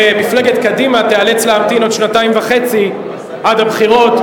ומפלגת קדימה תיאלץ להמתין עוד שנתיים וחצי עד הבחירות,